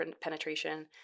penetration